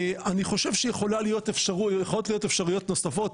אני חושב שיכולות להיות אפשרויות נוספות,